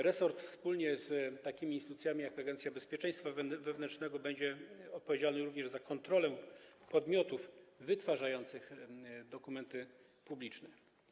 Resort wspólnie z takimi instytucjami jak Agencja Bezpieczeństwa Wewnętrznego będzie również odpowiedzialny za kontrolę podmiotów wytwarzających dokumenty publiczne.